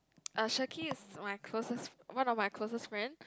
uh Shakir is my closest one of my closest friend